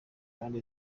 kandi